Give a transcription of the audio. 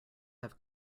have